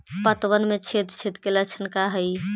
पतबन में छेद छेद के लक्षण का हइ?